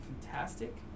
fantastic